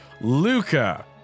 Luca